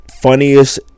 funniest